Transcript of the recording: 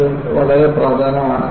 അതും വളരെ പ്രധാനമാണ്